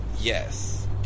Yes